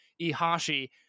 Ihashi